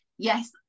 yes